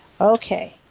Okay